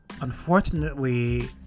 unfortunately